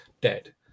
dead